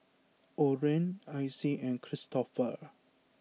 Orren Icy and Kristoffer